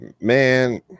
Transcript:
Man